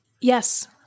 Yes